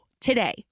today